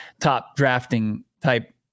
top-drafting-type